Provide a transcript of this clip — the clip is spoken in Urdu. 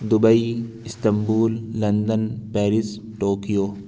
Dubai Istanbul London Paris Tokyo